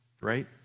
right